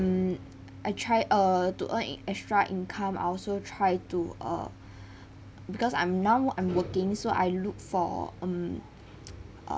mm I try err to earn i~ extra income I also try to uh because I'm now I'm working so I look for mm